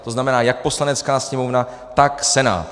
To znamená jak Poslanecká sněmovna, tak Senát.